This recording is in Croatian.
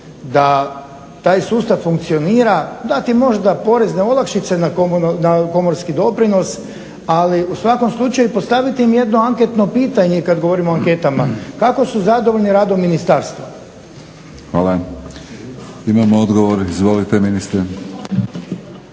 da taj sustav funkcionira, dati možda porezne olakšice na komorski doprinos, ali u svakom slučaju postavite im jedno anketno pitanje kad govorimo o anketama, kako su zadovoljni radom ministarstva? **Batinić, Milorad (HNS)** Hvala. Imamo odgovor, izvolite ministre.